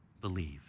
believe